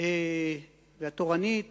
והתורנית